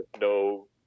no